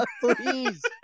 Please